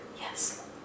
Yes